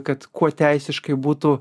kad kuo teisiškai būtų